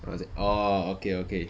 ah okay okay